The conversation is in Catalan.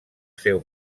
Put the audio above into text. seu